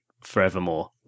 forevermore